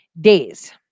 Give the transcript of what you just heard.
days